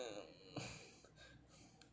mm